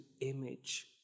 image